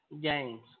games